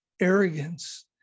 arrogance